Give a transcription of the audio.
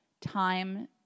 time